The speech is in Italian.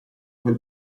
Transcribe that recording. quel